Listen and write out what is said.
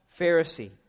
Pharisee